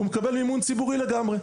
הוא מקבל מימון ציבורי לגמרי,